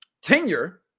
tenure